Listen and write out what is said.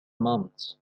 months